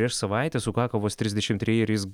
prieš savaitę sukako vos trisdešimt treji ir jis